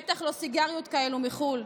בטח לא סיגריות כאלו מחו"ל,